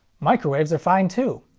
microwaves are fine, too.